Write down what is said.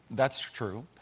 that's true.